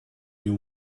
you